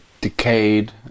decayed